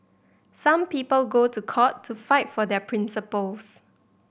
some people go to court to fight for their principles